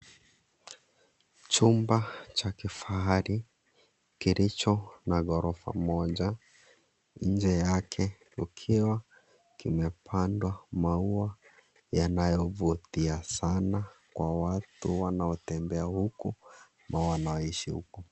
Chumba cha kifahari, kilicho na ghorofa moja. Nje yake, ukiwa kimepandwa maua yanayovutia sana kwa watu wanaotembea huku, na wanaoishi huku.